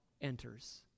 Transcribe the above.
enters